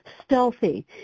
stealthy